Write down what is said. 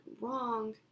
wrong